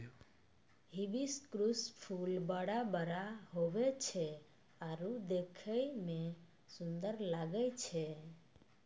hibiscus फूल बड़ा बड़ा हुवै छै आरु देखै मे सुन्दर लागै छै